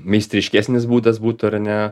meistriškesnis būdas būtų ar ne